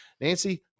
Nancy